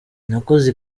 nakoze